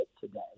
today